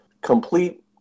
complete